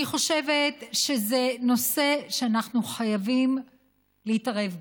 אני חושבת שזה נושא שאנחנו חייבים להתערב בו.